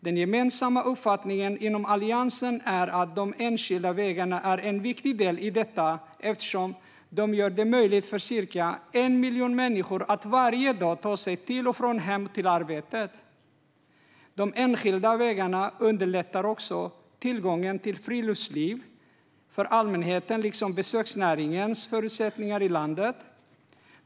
Den gemensamma uppfattningen inom Alliansen är att de enskilda vägarna är en viktig del i detta eftersom de gör det möjligt för ca 1 miljon människor att varje dag ta sig till och från hem och arbete. De enskilda vägarna underlättar också tillgången till friluftsliv för allmänheten, liksom besöksnäringens förutsättningar i landet.